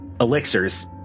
elixirs